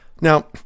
Now